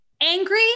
angry